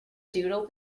doodle